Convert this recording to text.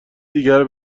دیگری